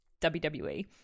WWE